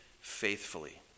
faithfully